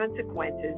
consequences